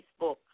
Facebook